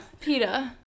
PETA